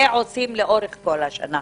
זה עושים לאורך כל השנה.